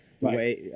right